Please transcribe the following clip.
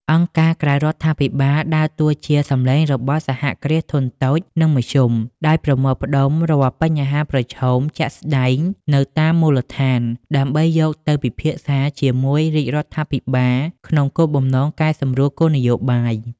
អង្គការក្រៅរដ្ឋាភិបាលដើរតួជា "សំឡេងរបស់ សហគ្រាសធុនតូច និងមធ្យម " ដោយប្រមូលផ្ដុំរាល់បញ្ហាប្រឈមជាក់ស្ដែងនៅតាមមូលដ្ឋាន ដើម្បីយកទៅពិភាក្សាជាមួយរាជរដ្ឋាភិបាលក្នុងគោលបំណងកែសម្រួលគោលនយោបាយ។